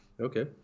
Okay